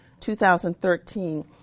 2013